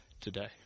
today